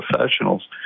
professionals